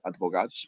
Advogados